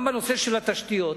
גם בנושא התשתיות,